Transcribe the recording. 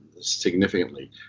significantly